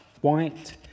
white